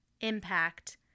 impact